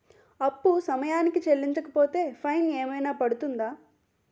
అప్పు సమయానికి చెల్లించకపోతే ఫైన్ ఏమైనా పడ్తుంద?